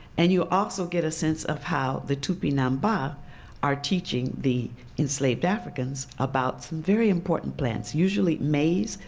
and you are so get a sense of how the tupinamba are teaching the enslaved africans about some very important plants, usually maize,